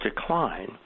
decline